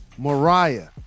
Mariah